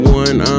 one